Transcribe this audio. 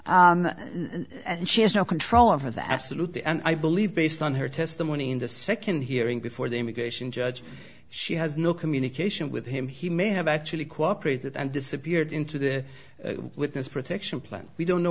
and she has no control over that absolutely and i believe based on her testimony in the second hearing before the immigration judge she has no communication with him he may have actually cooperated and disappeared into the witness protection plan we don't know